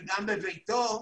וגם בביתו,